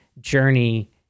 journey